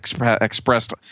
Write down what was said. expressed